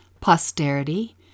posterity